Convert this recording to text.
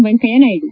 Venkaiah Naidu